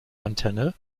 antenne